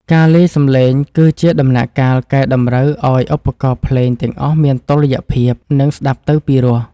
ការលាយសំឡេងគឺជាដំណាក់កាលកែតម្រូវឱ្យឧបករណ៍ភ្លេងទាំងអស់មានតុល្យភាព និង ស្ដាប់ទៅពីរោះ។